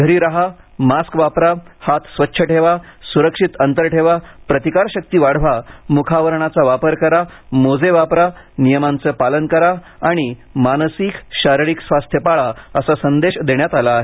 घरी राहा मास्क वापरा हात स्वच्छ ठेवा सुरक्षित अंतर ठेवा प्रतिकारशक्ती वाढवा मुखावरणाचा वापर करा मोजे वापरा नियमांच पालन करा आणि मानसिक आणि शारीरिक स्वास्थ पाळा असा संदेश देण्यात आला आहे